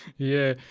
yeah,